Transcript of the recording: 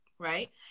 right